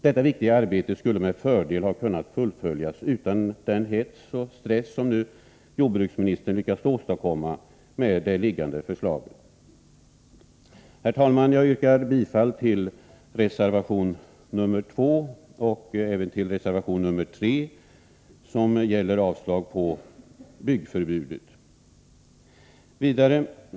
Detta viktiga arbete skulle med fördel ha kunnat fullföljas utan den hets och stress som jordbruksministern nu lyckats åstadkomma med det liggande förslaget. Herr talman! Jag yrkar bifall till reservation nr 2 och även till reservation nr 3, som innebär avslag på förslaget om byggförbud.